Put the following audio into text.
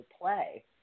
play